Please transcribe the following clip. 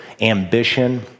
ambition